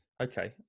Okay